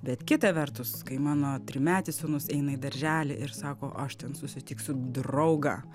bet kita vertus kai mano trimetis sūnus eina į darželį ir sako aš ten susitiksiu draugą